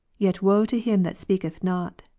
yet woe to him that speaketh not,